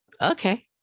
Okay